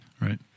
Right